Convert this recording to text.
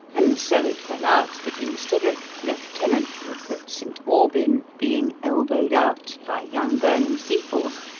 and so it fell out that instead of lieutenant rupert st. aubyn being elbowed out by young burnham-seaforth,